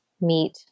meet